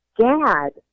dad